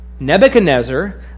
Nebuchadnezzar